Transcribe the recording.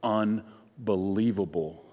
unbelievable